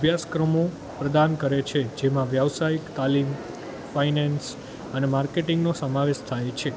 અભ્યાસક્રમો પ્રદાન કરે છે જેમાં વ્યસાયિક તાલીમ ફાઈનાન્સ અને માર્કેટિંગનો સમાવેશ થાય છે